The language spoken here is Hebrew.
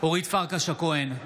אורית פרקש הכהן,